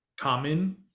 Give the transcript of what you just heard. common